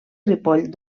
ripoll